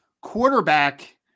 quarterback